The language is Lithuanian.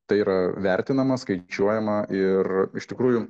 tai yra vertinama skaičiuojama ir iš tikrųjų